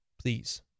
please